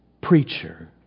preacher